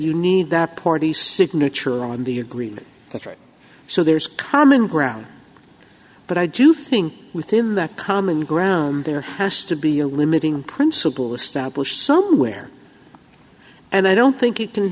you need that party signature on the agreement letter so there's common ground but i do think within that common ground there has to be a limiting principle established somewhere and i don't think it can